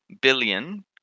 billion